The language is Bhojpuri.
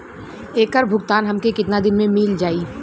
ऐकर भुगतान हमके कितना दिन में मील जाई?